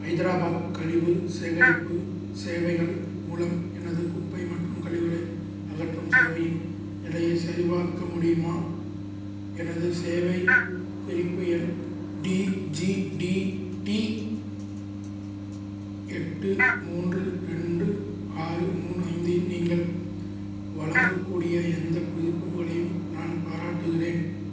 ஹைதராபாத் கழிவு சேகரிப்பு சேவைகள் மூலம் எனது குப்பை மற்றும் கழிவுகளை அகற்றும் சேவையின் நிலையைச் சரிபார்க்க முடியுமா எனது சேவைக் குறிப்பு எண் டிஜிடிடி எட்டு மூன்று ரெண்டு ஆறு மூணு ஐந்தை நீங்கள் வழங்கக்கூடிய எந்த புதுப்பிப்புகளையும் நான் பாராட்டுகிறேன்